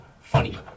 funny